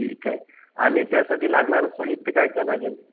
ठीक आहे आणि त्यासाठी लागणारं साहित्य काय काय लागेल